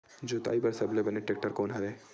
जोताई बर सबले बने टेक्टर कोन हरे?